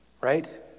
right